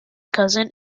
cousin